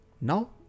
Now